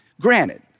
granted